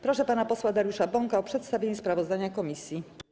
Proszę pana posła Dariusza Bąka o przedstawienie sprawozdania komisji.